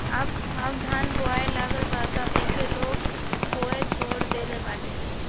अब धान बोआए लागल बा तअ एके लोग बोअल छोड़ देहले बाटे